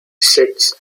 sits